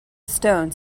stones